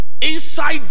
inside